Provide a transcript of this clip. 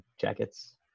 jackets